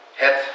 head